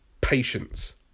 patience